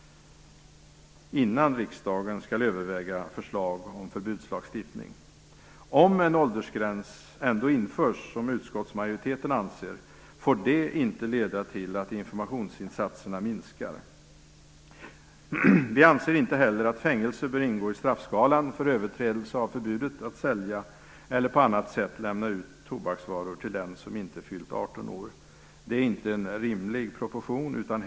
Om en åldersgräns ändå införs, som utskottsmajoriteten anser, får det inte leda till att informationsinsatserna minskar. Vi anser inte heller att fängelse bör ingå i straffskalan för överträdelse av förbudet att sälja eller på annat sätt lämna ut tobaksvaror till den som inte fyllt 18 år. Det står inte i rimlig proportion till brottet.